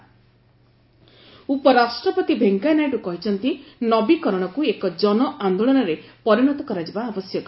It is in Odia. ଭିପି ଇନୋଭେସନ ଉପରାଷ୍ଟ୍ରପତି ଭେଙ୍କେୟା ନାଇଡୁ କହିଛନ୍ତି ନବୀକରଣକୁ ଏକ ଜନ ଆନ୍ଦୋଳନରେ ପରିଣତ କରାଯିବା ଆବଶ୍ୟକ